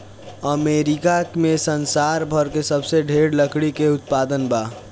America में संसार भर में सबसे ढेर लकड़ी के उत्पादन बा